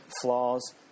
flaws